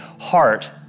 heart